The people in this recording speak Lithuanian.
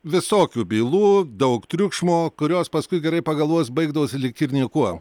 visokių bylų daug triukšmo kurios paskui gerai pagalvojus baigdavosi lyg ir niekuo